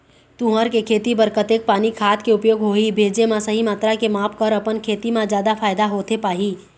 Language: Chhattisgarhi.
तुंहर के खेती बर कतेक पानी खाद के उपयोग होही भेजे मा सही मात्रा के माप कर अपन खेती मा जादा फायदा होथे पाही?